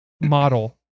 model